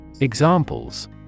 Examples